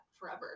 forever